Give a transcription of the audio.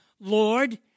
Lord